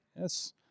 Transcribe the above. Yes